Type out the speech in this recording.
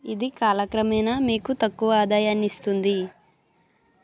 ఇది కాలక్రమేణా మీకు తక్కువ ఆదాయాన్నిస్తుంది